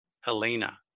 Helena